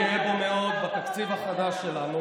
עיקרון נוסף שאני גאה בו מאוד בתקציב החדש שלנו: